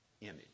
image